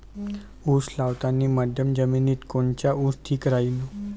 उस लावतानी मध्यम जमिनीत कोनचा ऊस ठीक राहीन?